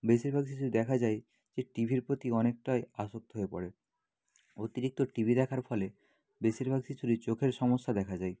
বেশিরভাগ শিশু দেখা যায় যে টিভির প্রতি অনেকটাই আসক্ত হয়ে পড়ে অতিরিক্ত টিভি দেখার ফলে বেশিরভাগ শিশুরই চোখের সমস্যা দেখা যায়